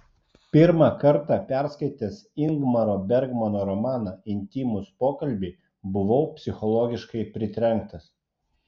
pirmą kartą perskaitęs ingmaro bergmano romaną intymūs pokalbiai buvau psichologiškai pritrenktas